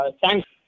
thanks